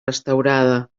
restaurada